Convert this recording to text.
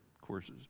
courses